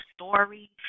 story